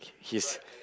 he's